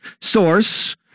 source